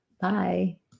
Bye